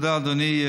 תודה, אדוני.